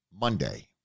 Monday